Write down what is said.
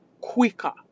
quicker